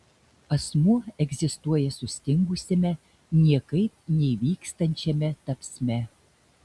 asmuo egzistuoja sustingusiame niekaip neįvykstančiame tapsme